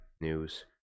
News